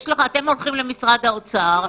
אתם הולכים למשרד האוצר.